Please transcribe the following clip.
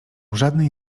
żadnej